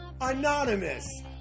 anonymous